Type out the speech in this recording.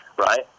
right